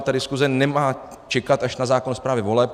Ta diskuze nemá čekat až na zákon o správě voleb.